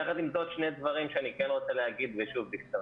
יחד עם זאת, שני דברים שאני רוצה להגיד בקצרה.